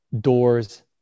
doors